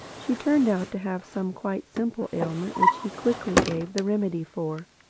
she turned out to have some quite simple ailment which he quickly gave the remedy for.